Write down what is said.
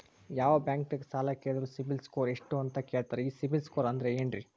ಯಾವ ಬ್ಯಾಂಕ್ ದಾಗ ಸಾಲ ಕೇಳಿದರು ಸಿಬಿಲ್ ಸ್ಕೋರ್ ಎಷ್ಟು ಅಂತ ಕೇಳತಾರ, ಈ ಸಿಬಿಲ್ ಸ್ಕೋರ್ ಅಂದ್ರೆ ಏನ್ರಿ?